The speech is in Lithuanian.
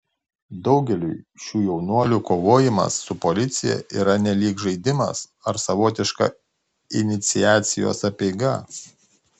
daugeliui šių jaunuolių kovojimas su policija yra nelyg žaidimas ar savotiška iniciacijos apeiga